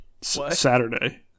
Saturday